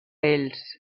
ells